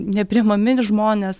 nepriimami žmonės